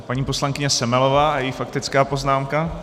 Paní poslankyně Semelová a její faktická poznámka.